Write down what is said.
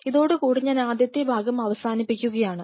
ഇതോടുകൂടി ഞാൻ ആദ്യത്തെ ഭാഗം അവസാനിപ്പിക്കുകയാണ്